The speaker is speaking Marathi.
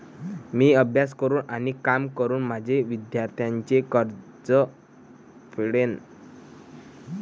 मी अभ्यास करून आणि काम करून माझे विद्यार्थ्यांचे कर्ज फेडेन